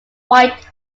white